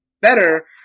better